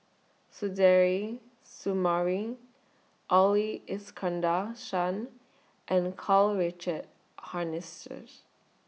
Suzairhe Sumari Ali Iskandar Shah and Karl Richard Hanitsch